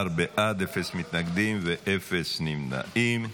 11, בעד, אפס מתנגדים ואפס נמנעים.